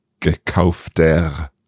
gekaufter